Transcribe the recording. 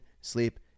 sleep